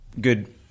good